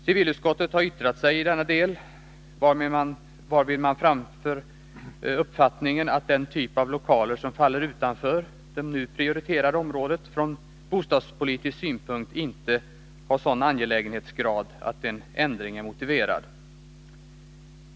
Civilutskottet har yttrat sig i denna del, varvid man framför uppfattningen att den typ av lokaler som faller utanför det nu prioriterade området från bostadspolitisk synpunkt inte har sådan angelägenhetsgrad att en ändring är motiverad.